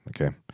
Okay